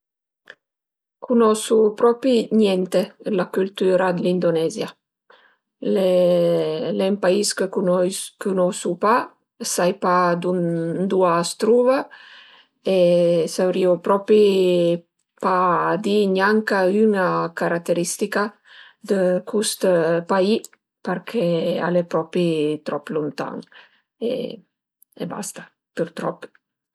Cunosu propi niente d'la cültüra dë l'Indonezia, al e ün pais che cunosu pa, sai pa ëndua a s'truva e saurìu propi pa di gnanca üna carateristica dë cust paì perché al e propi trop luntan e basta, pürtrop